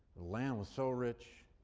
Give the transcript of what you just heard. land was so rich